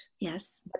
Yes